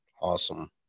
Awesome